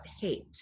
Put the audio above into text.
hate